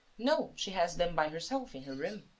no, she has them by herself, in her room.